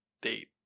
date